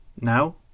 now